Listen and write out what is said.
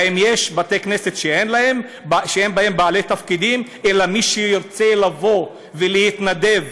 האם יש בתי-כנסת שאין בהם בעלי תפקידים אלא מי שירצה לבוא ולהתנדב,